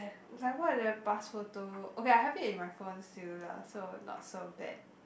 like what are the past photo okay I have it in my phone still lah so not so bad